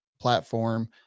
platform